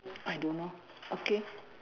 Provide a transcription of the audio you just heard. I don't know okay